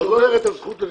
שומר את הזכות לרביזיה.